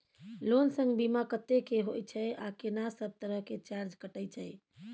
Loan संग बीमा कत्ते के होय छै आ केना सब तरह के चार्ज कटै छै?